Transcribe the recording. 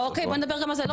אוקי, בוא נדבר גם על זה.